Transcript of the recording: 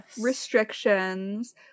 restrictions